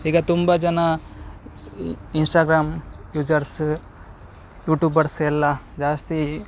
ಈಗ ತುಂಬ ಜನ ಇನ್ಸ್ಟ್ರಾಗ್ರಾಮ್ ಯೂಸರ್ಸ್ ಯೂಟ್ಯೂಬರ್ಸ್ ಎಲ್ಲ ಜಾಸ್ತಿ